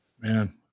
man